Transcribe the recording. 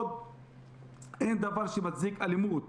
אין דבר שמצדיק אלימות,